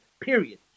Period